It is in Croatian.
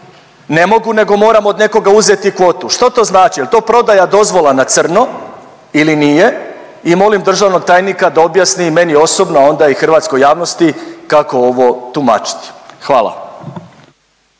Ne mogu nego moram od nekoga uzeti kvotu. Što to znači? Je li to prodaja dozvola na crno ili nije i molim državnog tajnika da objasni i meni osobno, a onda i hrvatskoj javnosti kako ovo tumačiti. Hvala.